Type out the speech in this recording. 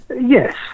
yes